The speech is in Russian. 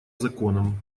законом